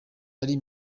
ari